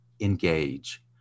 Engage